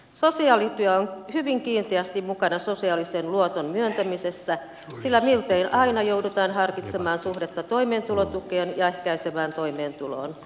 sosiaalityö on hyvin kiinteästi mukana sosiaalisen luoton myöntämisessä sillä miltei aina joudutaan harkitsemaan suhdetta toimeentulotukeen ja ehkäisevään toimeentuloon